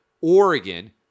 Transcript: Oregon